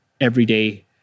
everyday